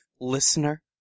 listener